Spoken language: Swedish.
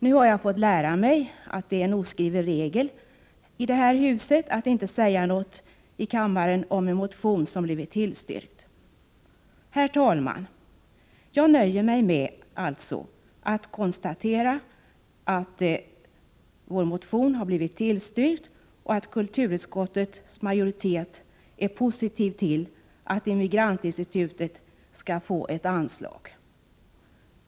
Nu har jag fått lära mig att det är en oskriven regel att inte säga något här i kammaren om en motion som blivit tillstyrkt. Herr talman! Jag nöjer mig alltså med att konstatera att vår motion har blivit tillstyrkt och att kulturutskottets majoritet är positiv till att Immigrantinstitutet skall få ett anslag.